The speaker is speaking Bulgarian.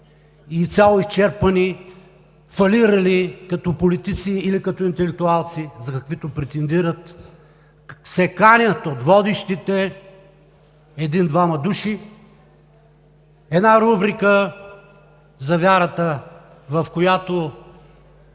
изцяло изчерпани, фалирали като политици или като интелектуалци, за каквито претендират, се канят от водещите – един, двама души. Една рубрика за вярата,